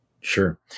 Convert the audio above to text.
Sure